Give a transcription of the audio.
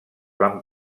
van